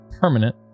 permanent